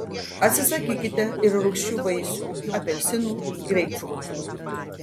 atsisakykite ir rūgčių vaisių apelsinų greipfrutų